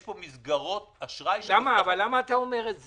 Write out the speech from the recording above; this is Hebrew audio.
יש פה מסגרות אשראי --- למה אתה אומר את זה?